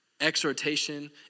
exhortation